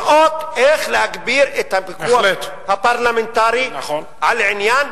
לראות איך להגביר את הפיקוח הפרלמנטרי על העניין,